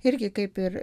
irgi kaip ir